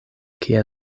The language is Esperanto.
kie